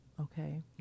Okay